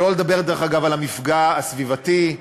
שלא לדבר, דרך אגב, על המפגע הסביבתי והאורבני.